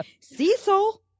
Cecil